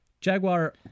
Jaguar